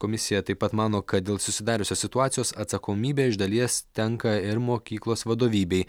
komisija taip pat mano kad dėl susidariusios situacijos atsakomybė iš dalies tenka ir mokyklos vadovybei